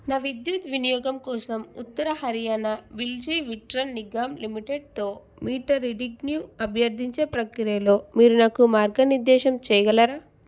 నా విద్యుత్ వినియోగం కోసం ఉత్తర హర్యానా బిజిలీ వితరన్ నిగ్గమ్ లిమిటెడ్తో మీటర్ ఆడింగ్ను అభ్యర్థించే ప్రక్రియలో మీరు నాకు మార్గనిర్దేశం చేయగలరా